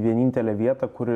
vienintelę vietą kur